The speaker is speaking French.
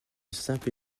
simple